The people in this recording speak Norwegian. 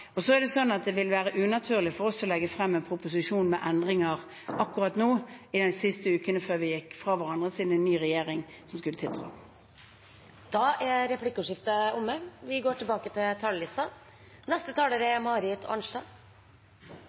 er også sånn at det ville vært unaturlig for oss å legge frem en proposisjon med endringer akkurat nå, de siste ukene før vi gikk fra hverandre, siden en ny regjering skulle tiltre. Replikkordskiftet er omme.